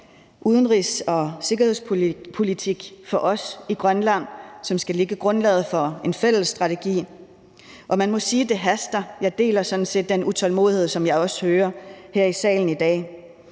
udenrigs- og sikkerhedspolitik for os i Grønland, som skal lægge grundlaget for en fælles strategi. Og man må sige, at det haster. Jeg deler sådan set den utålmodighed, som jeg også hører her i salen i dag.